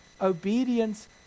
Obedience